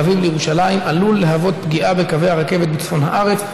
אביב לירושלים עלול להוות פגיעה בקווי הרכבת בצפון הארץ,